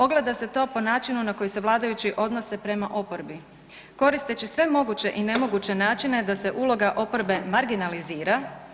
Ogleda se to po načinu na koji se vladajući odnose prema oporbi koristeći sve moguće i nemoguće načine da se uloga oporbe marginalizira.